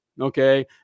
okay